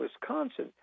Wisconsin